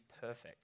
perfect